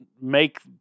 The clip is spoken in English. make